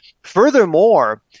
furthermore